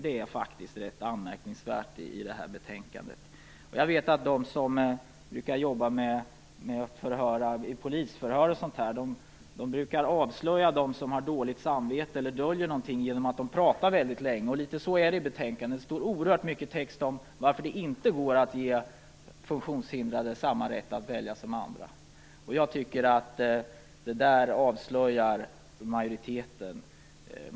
Det är rätt anmärkningsvärt i det här betänkandet. Förhörsledarna vid polisförhör brukar avslöja dem som har dåligt samvete eller döljer någonting genom att de pratar väldigt länge. På samma sätt är det i betänkandet: Det finns oerhört mycket text om varför det inte går att ge funktionshindrade samma rätt att välja som andra. Det avslöjar majoriteten.